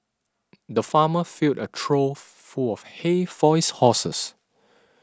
the farmer filled a trough full of hay for his horses